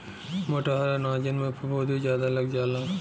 मोटहर अनाजन में फफूंदी जादा लग जाला